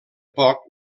poc